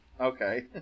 Okay